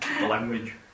language